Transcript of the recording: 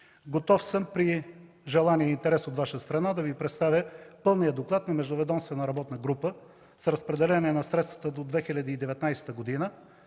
Готов съм при желание и интерес от Ваша страна да Ви предоставя пълния доклад на междуведомствена работна група с разпределение на средствата до 2019 г.,